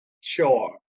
sure